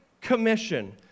commission